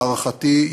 להערכתי,